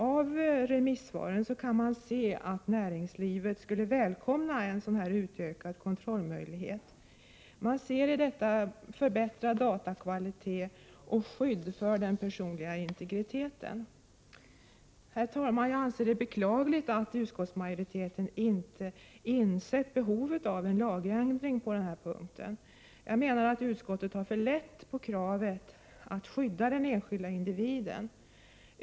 Av remissvaren framgår att näringslivet skulle välkomna en utökad kontrollmöjlighet. Det skulle medföra förbättrad datakvalitet och skydd för den personliga integriteten. Herr talman! Det är beklagligt att utskottsmajoriteten inte har insett behovet av en lagändring på denna punkt. Jag anser att utskottet tar för lätt på kravet att skydda den enskilde individen.